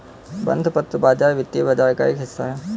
बंधपत्र बाज़ार वित्तीय बाज़ार का एक हिस्सा है